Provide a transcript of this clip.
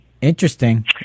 Interesting